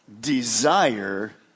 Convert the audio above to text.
Desire